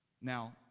Now